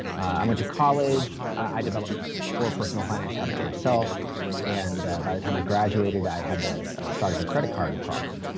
i went to college i developed poor personal finance habits myself and by the time i graduated i had the start of a credit card problem.